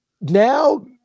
Now